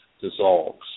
dissolves